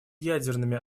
ядерными